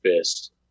fist